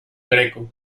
greco